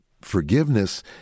forgiveness